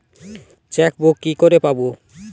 Chequebook কি করে পাবো?